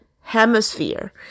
hemisphere